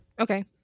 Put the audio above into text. okay